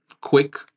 quick